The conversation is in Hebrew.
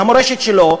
מהמורשת שלו,